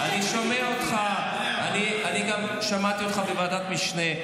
אני שומע אותך, אני שמעתי אותך גם בוועדת המשנה.